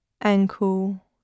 ankle